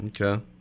Okay